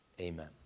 Amen